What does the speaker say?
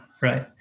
Right